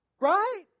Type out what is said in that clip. Right